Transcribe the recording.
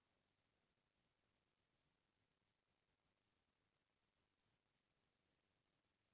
पचास हजार ले एक लाख तक लोन ल माइक्रो करेडिट कहे जाथे